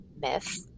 myth